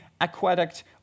aqueduct